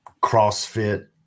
CrossFit